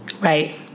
Right